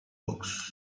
books